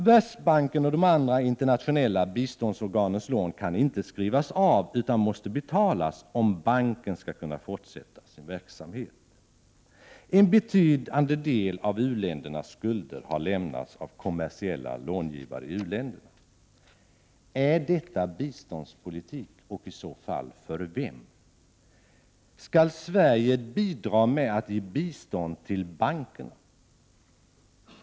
Världsbankens och de andra internationella biståndsorganens lån kan inte skrivas av utan måste betalas om banken skall kunna fortsätta sin verksamhet. En betydande del av Prot. 1988/89:99 u-ländernas skulder har lämnats av kommersiella långivare i i-länderna.” 19 april 1989 Är detta biståndspolitik? Och i så fall för vem? Skall Sverige bidra med att ge bistånd till bankerna?